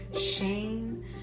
shame